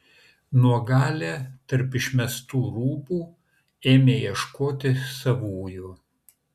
nuogalė tarp išmestų rūbų ėmė ieškoti savųjų